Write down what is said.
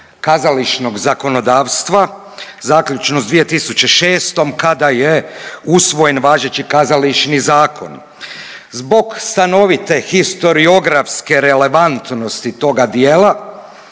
kazališnog zakonodavstva zaključno s 2006. kada je usvojen važeći kazališni zakon. Zbog stanovite historiografske relevantnosti toga dijela